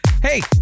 hey